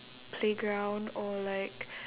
playground or like